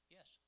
Yes